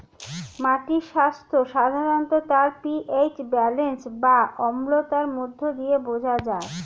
মাটির স্বাস্থ্য সাধারণত তার পি.এইচ ব্যালেন্স বা অম্লতার মধ্য দিয়ে বোঝা যায়